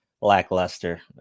lackluster